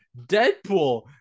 Deadpool